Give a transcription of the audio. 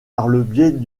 biais